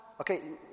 Okay